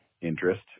interest